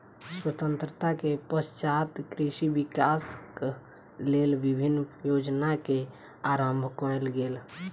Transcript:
स्वतंत्रता के पश्चात कृषि विकासक लेल विभिन्न योजना के आरम्भ कयल गेल